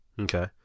Okay